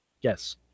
Yes